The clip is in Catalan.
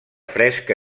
fresca